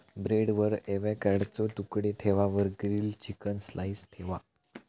ब्रेडवर एवोकॅडोचे तुकडे ठेवा वर ग्रील्ड चिकन स्लाइस ठेवा